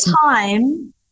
time